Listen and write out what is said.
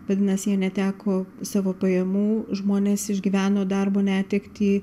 vadinas jie neteko savo pajamų žmonės išgyveno darbo netektį